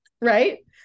Right